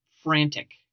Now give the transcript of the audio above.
Frantic